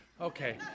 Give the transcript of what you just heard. okay